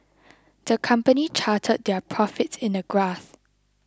the company charted their profits in a graph